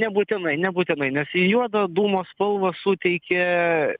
nebūtinai nebūtinai nes juodą dūmo spalvą suteikia